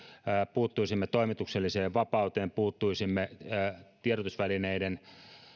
puuttuisimme toimitukselliseen vapauteen puuttuisimme tiedotusvälineiden